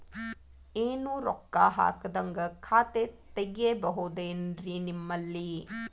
ಏನು ರೊಕ್ಕ ಹಾಕದ್ಹಂಗ ಖಾತೆ ತೆಗೇಬಹುದೇನ್ರಿ ನಿಮ್ಮಲ್ಲಿ?